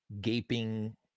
gaping